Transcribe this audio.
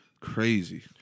Crazy